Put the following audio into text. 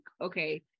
okay